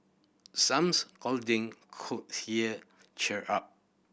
some cuddling could hear cheer up